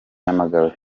nyamagabe